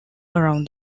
around